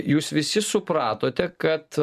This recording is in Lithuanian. jūs visi supratote kad